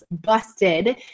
Busted